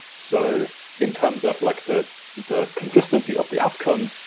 so in terms of like the the consistency of the outcome,